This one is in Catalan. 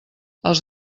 els